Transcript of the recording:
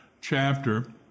chapter